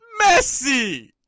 Messi